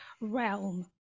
realm